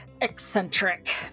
eccentric